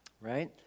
Right